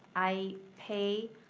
i pay